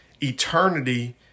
eternity